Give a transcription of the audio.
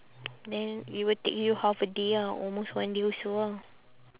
then it will take you half a day ah almost one day also ah